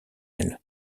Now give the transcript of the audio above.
elle